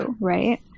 right